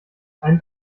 einen